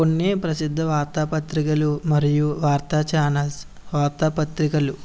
కొన్ని ప్రసిద్ధ వార్తా పత్రికలు మరియు వార్త ఛానల్స్ వార్త పత్రికలు